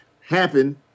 happen